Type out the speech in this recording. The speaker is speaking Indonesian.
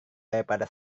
daripada